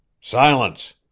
Silence